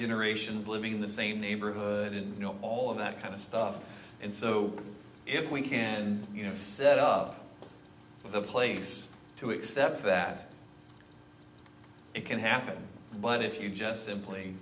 generations living in the same neighborhood and all of that kind of stuff and so if we can you know set up the place to accept that it can happen but if you just simply